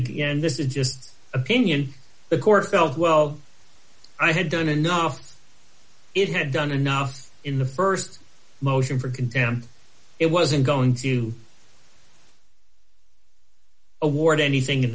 again this is just opinion the court felt well i had done enough it had done enough in the st motion for condemned it wasn't going to award anything